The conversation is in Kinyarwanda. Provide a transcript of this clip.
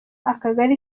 akagari